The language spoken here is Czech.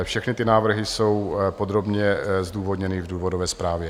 Všechny ty návrhy jsou podrobně zdůvodněny v důvodové zprávě.